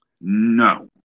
No